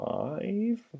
five